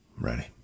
Ready